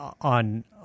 on